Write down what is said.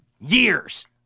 years